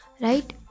right